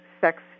sex